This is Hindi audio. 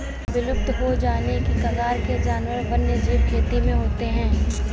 विलुप्त हो जाने की कगार के जानवर वन्यजीव खेती में होते हैं